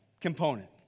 component